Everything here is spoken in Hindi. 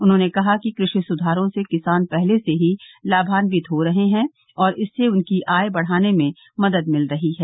उन्होंने कहा कि कृषि सुधारों से किसान पहले से ही लाभान्वित हो रहे हैं और इससे उनकी आय बढ़ाने में मदद मिल रही है